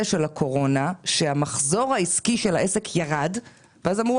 של הקורונה כשהמחזור העסקי של העסק ירד כדי לומר,